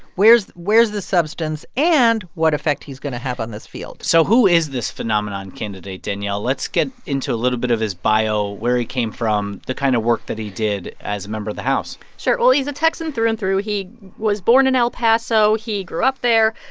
where's where's the substance and what effect he's going to have on this field so who is this phenomenon candidate, danielle? let's get into a little bit of his bio, where he came from, the kind of work that he did as a member of the house sure. well, he's a texan through and through. he was born in el paso. he grew up there.